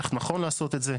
איך נכון לעשות את זה.